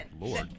lord